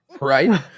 right